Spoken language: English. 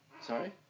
Sorry